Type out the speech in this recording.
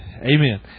Amen